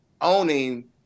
owning